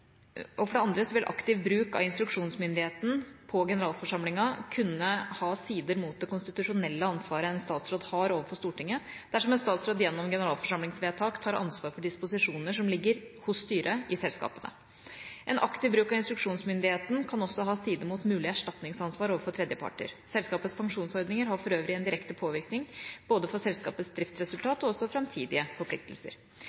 For det andre vil aktiv bruk av instruksjonsmyndigheten på generalforsamlingen kunne ha sider mot det konstitusjonelle ansvaret en statsråd har overfor Stortinget dersom en statsråd gjennom generalforsamlingsvedtak tar ansvar for disposisjoner som ligger hos styret i selskapet. En aktiv bruk av instruksjonsmyndigheten kan også ha sider mot mulig erstatningsansvar overfor tredjeparter. Selskapets pensjonsordninger har for øvrig en direkte påvirkning på både selskapets